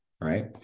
Right